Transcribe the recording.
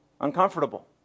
uncomfortable